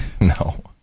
No